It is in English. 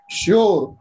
sure